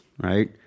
right